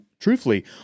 truthfully